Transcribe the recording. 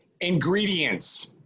Ingredients